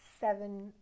seven